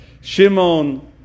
Shimon